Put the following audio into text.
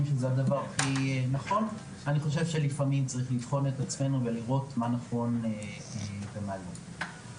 שזה הדבר הכי נכון ולפעמים צריך לבחון את עצמנו ולראות מה נכון ומה לא.